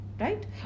Right